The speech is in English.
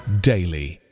daily